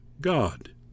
God